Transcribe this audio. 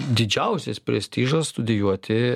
didžiausias prestižas studijuoti